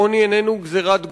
העוני איננו גזירת גורל,